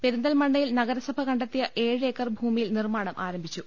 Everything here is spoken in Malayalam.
പെരിന്തൽമണ്ണയിൽ നഗരസഭ കണ്ടെത്തിയ ഏഴ് ഏക്കർ ഭൂമിയിൽ നിർമ്മാണം ആരംഭിച്ചു